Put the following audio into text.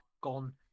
gone